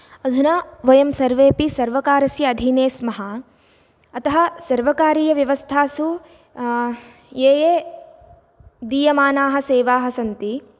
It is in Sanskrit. अधुना वयं सर्वेपि सर्वकारस्य अधीने स्मः अतः सर्वकारीयव्यवस्थासु ये ये दीयमानाः सेवाः सन्ति